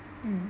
mm